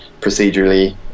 procedurally